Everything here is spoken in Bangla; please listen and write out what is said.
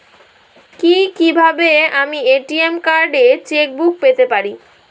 কি কিভাবে আমি এ.টি.এম কার্ড ও চেক বুক পেতে পারি?